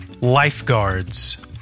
Lifeguards